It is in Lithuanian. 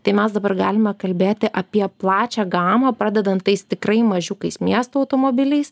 tai mes dabar galime kalbėti apie plačią gamą pradedant tais tikrai mažiukais miesto automobiliais